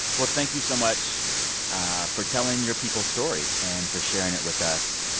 well, thank you so much ah for telling your people's story and for sharing it with us.